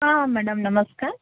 ହଁ ହଁ ମ୍ୟାଡ଼ାମ୍ ନମସ୍କାର